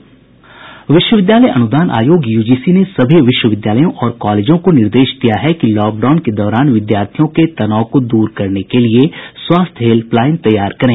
विश्वविद्यालय अनुदान आयोग यूजीसी ने सभी विश्वविद्यालयों और कॉलेजों को निर्देश दिया है कि लॉकडाउन के दौरान विद्यार्थियों के तनाव को दूर करने के लिए स्वास्थ्य हेल्पलाइन तैयार करे